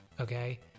Okay